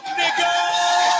nigga